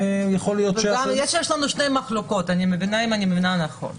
יש לנו שתי מחלוקות אם אני מבינה נכון.